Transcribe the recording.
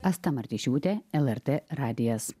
asta martišiūtė lrt radijas